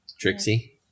Trixie